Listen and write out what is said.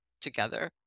together